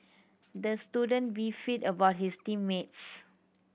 the student beefed about his team mates